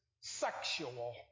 sexual